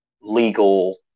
legal